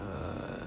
err